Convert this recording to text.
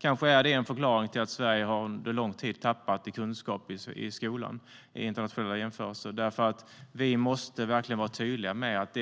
Kanske är det en förklaring till att Sverige i internationella jämförelser under lång tid har tappat i kunskap i skolan. Vi måste verkligen vara tydliga med att